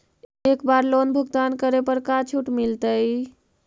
एक बार लोन भुगतान करे पर का छुट मिल तइ?